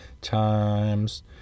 Times